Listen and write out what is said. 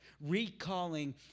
recalling